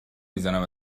میزنم